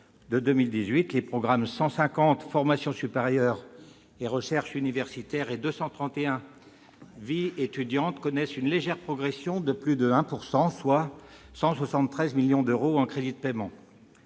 2018. Les programmes 150, « Formations supérieures et recherche universitaire », et 231, « Vie étudiante », connaissent une légère progression de plus de 1 %, soit 173 millions d'euros en crédits de paiement.